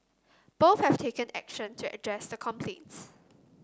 both have taken action to address the complaints